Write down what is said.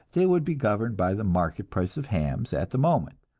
they would be governed by the market price of hams at the moment,